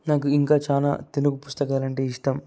నాకు ఇంకా చాలా తెలుగు పుస్తకాలంటే ఇష్టం